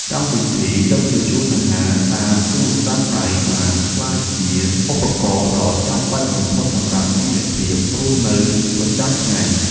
កម្មវិធីដឹកជញ្ជូនអាហារតាមទូរស័ព្ទដៃបានក្លាយជាឧបករណ៍ដ៏ចាំបាច់បំផុតសម្រាប់ជីវភាពរស់នៅប្រចាំថ្ងៃ។